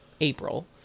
April